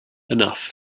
enough